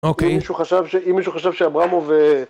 אם מישהו חשב שאברמוב...